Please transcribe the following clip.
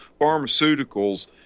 pharmaceuticals